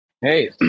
hey